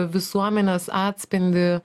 visuomenės atspindį